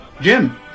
Jim